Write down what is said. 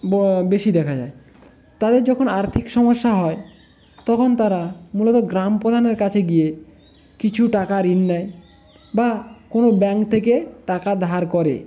বেশি দেখা যায় তাদের যখন আর্থিক সমস্যা হয় তখন তারা মূলত গ্রামপ্রধানের কাছে গিয়ে কিছু টাকা ঋণ নেয় বা কোনো ব্যাংক থেকে টাকা ধার করে